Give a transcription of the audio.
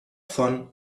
von